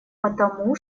потому